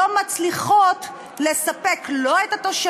לא מצליחות לספק לא את הצרכים של